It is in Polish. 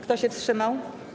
Kto się wstrzymał?